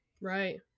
Right